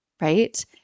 right